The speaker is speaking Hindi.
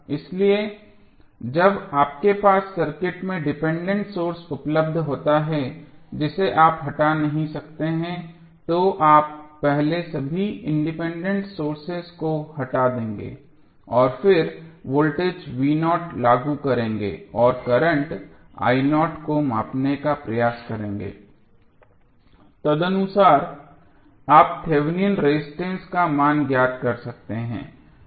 इसलिए जब आपके पास सर्किट में डिपेंडेंट सोर्स उपलब्ध होता है जिसे आप हटा नहीं सकते हैं तो आप पहले सभी इंडिपेंडेंट सोर्सेज को हटा देंगे और फिर वोल्टेज लागू करेंगे और करंट को मापने का प्रयास करेंगे और तदनुसार आप थेवेनिन रेजिस्टेंस का मान ज्ञात कर सकते हैं